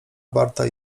warta